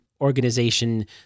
organization